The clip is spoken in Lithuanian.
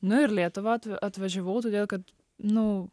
nu ir lietuvą atvažiavau todėl kad nu